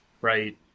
right